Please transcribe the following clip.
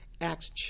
Acts